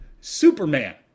Superman